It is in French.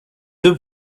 deux